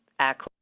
act.